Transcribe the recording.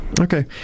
Okay